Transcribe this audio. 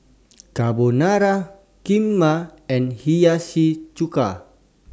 Carbonara Kheema and Hiyashi Chuka